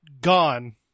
gone